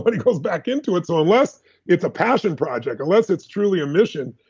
but it goes back into it. so unless it's a passion project, unless it's truly a mission,